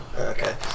Okay